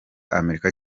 amerika